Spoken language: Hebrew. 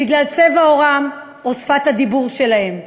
בגלל צבע עורם או שפת הדיבור שלהם.